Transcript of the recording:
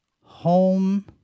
home